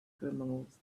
criminals